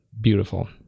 beautiful